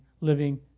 living